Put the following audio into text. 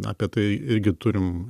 apie tai irgi turim